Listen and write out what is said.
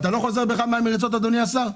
אתה לא חוזר בך מהמריצות, אדוני השר?